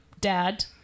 dad